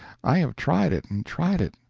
i have tried it and tried it,